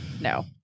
No